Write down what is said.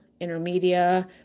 Intermedia